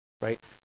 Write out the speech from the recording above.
right